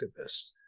activists